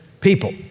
people